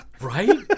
Right